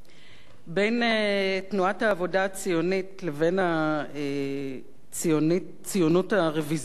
בין תנועת העבודה הציונית לבין הציונות הרוויזיוניסטית